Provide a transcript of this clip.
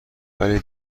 ولی